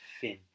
fin